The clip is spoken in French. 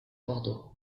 bordeaux